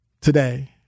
today